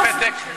תן לי פתק.